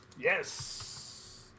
Yes